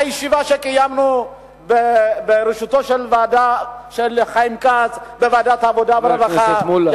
הישיבה שקיימנו בראשותו של חיים כץ בוועדת העבודה והרווחה,